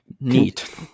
neat